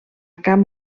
camp